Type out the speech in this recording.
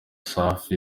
safi